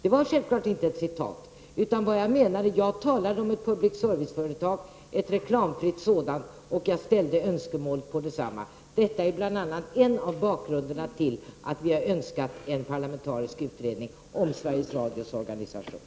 Det var självfallet inget citat, utan jag talade om ett reklamfritt public service-företag och jag framförde önskemål om detsamma. Det är bl.a. mot den bakgrunden som vi har önskat en parlamentarisk utredning om Sveriges Radios organisation.